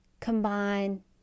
combine